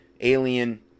alien